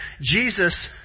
Jesus